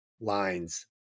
lines